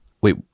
Wait